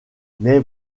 mais